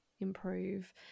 improve